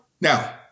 Now